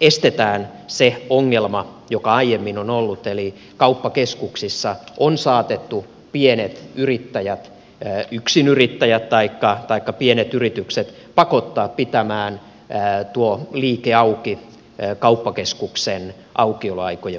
estetään se ongelma joka aiemmin on ollut eli kauppakeskuksissa on saatettu pakottaa pienet yrittäjät yksinyrittäjät taikka pienet yritykset pitämään tuo liike auki kauppakeskuksen aukioloaikojen puitteissa